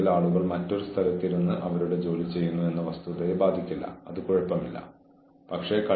നിങ്ങൾ അച്ചടക്കം പാലിക്കാൻ ശ്രമിക്കുമ്പോഴെല്ലാം നിങ്ങളുടെ കോപം നഷ്ടപ്പെടരുത്